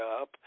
up